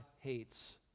hates